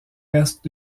restes